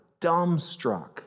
dumbstruck